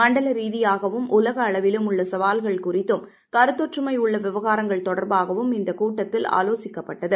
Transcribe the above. மண்டல ரீதியாகவும் உலக அளவிலும் உள்ள சவால்கள் குறித்தும் கருத்தொற்றுமை உள்ள விவகாரங்கள் தொடர்பாகவும் இந்த கூட்டத்தில் ஆலோசிக்கப்பட்டது